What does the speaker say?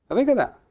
think on that.